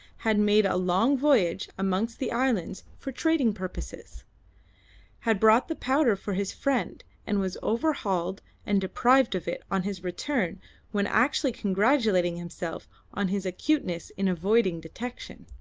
had made a long voyage amongst the islands for trading purposes had bought the powder for his friend, and was overhauled and deprived of it on his return when actually congratulating himself on his acuteness in avoiding detection.